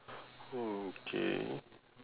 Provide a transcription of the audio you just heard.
okay